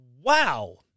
Wow